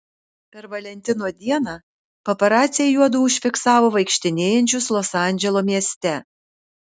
per valentino dieną paparaciai juodu užfiksavo vaikštinėjančius los andželo mieste